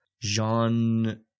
Jean